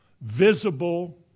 visible